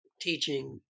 teaching